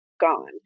gone